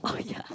oh yeah